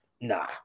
Nah